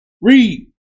Read